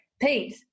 Pete